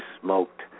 smoked